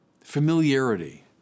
familiarity